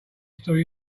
story